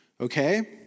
Okay